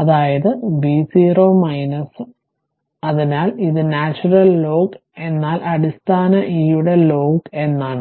അതായത് v0 അതിനാൽ ഇത് നാച്ചുറൽ ലോഗ് എന്നാൽ അടിസ്ഥാന e യുടെ ലോഗ് എന്നാണ്